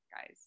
guys